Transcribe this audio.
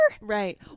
Right